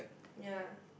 ya